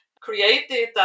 created